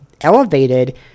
elevated